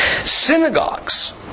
synagogues